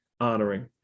honoring